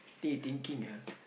I think you thinking ah